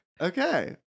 Okay